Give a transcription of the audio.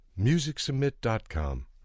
MusicSubmit.com